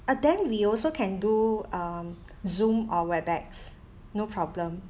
ah then we also can do um zoom or webex no problem